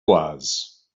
was